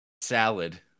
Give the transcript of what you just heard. Salad